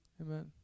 Amen